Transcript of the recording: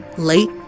Late